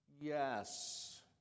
yes